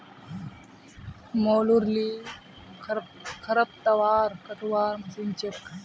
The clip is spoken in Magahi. मोलूर ली खरपतवार कटवार मशीन छेक